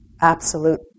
absolute